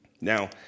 Now